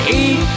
eat